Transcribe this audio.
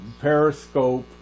Periscope